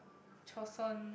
Joseon